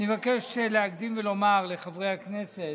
אני מבקש להקדים ולומר לחברי הכנסת,